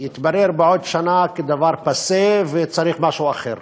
יתברר בעוד שנה כדבר פאסה, וצריך משהו אחר.